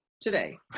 today